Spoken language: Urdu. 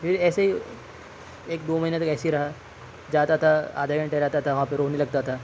پھر ایسے ہی ایک دو مہینے تک ایسے ہی رہا جاتا تھا آدھے گھنٹے ریتا تھا وہاں پہ رونے لگتا تھا